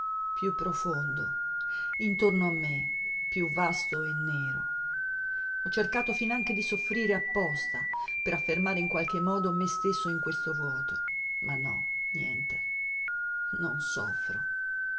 più profondo intorno a me più vasto e nero ho cercato finanche di soffrire apposta per affermare in qualche modo me stesso in questo vuoto ma no niente non soffro